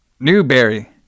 Newberry